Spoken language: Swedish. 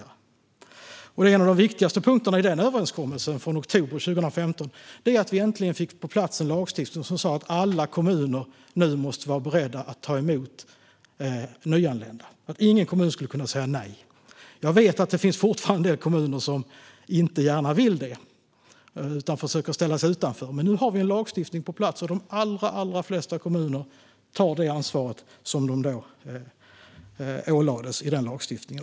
En av de viktigaste punkterna i den överenskommelsen, från oktober 2015, är att vi äntligen fick på plats en lagstiftning som sa att alla kommuner nu måste vara beredda att ta emot nyanlända. Ingen kommun skulle kunna säga nej. Jag vet att det fortfarande finns kommuner som inte gärna vill det utan som försöker att ställa sig utanför. Nu har vi dock en lagstiftning på plats, och de allra flesta kommuner tar det ansvar som de ålades i denna lagstiftning.